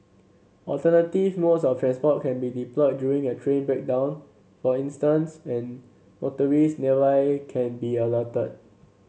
alternative modes of transport can be deployed during a train breakdown for instance and motorist nearby can be alerted